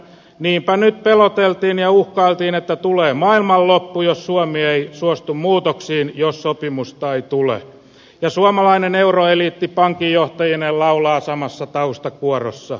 niinpä nyt peloteltiin ja uhkailtiin että tulee maailmanloppu jos suomi ei suostu muutoksiin jos sopimusta ei tule ja suomalainen euroeliitti pankinjohtajineen laulaa samassa taustakuorossa